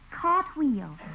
Cartwheel